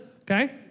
Okay